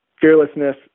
fearlessness